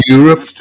Europe